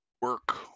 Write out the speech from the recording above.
work